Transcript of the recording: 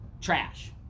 trash